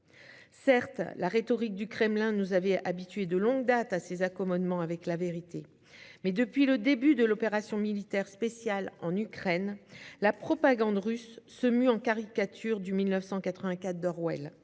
Certes, la rhétorique du Kremlin nous avait habitués de longue date à ces accommodements avec la vérité. Mais depuis le début de « l'opération militaire spéciale » en Ukraine, la propagande russe se mue en caricature de d'Orwell.